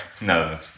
No